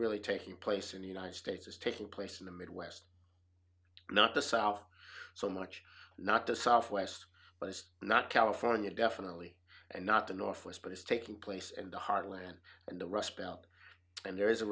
really taking place in the united states is taking place in the midwest not the south so much not the software but it's not california definitely not the northwest but it's taking place in the heartland and the rust belt and there is a